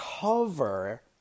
cover